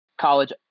college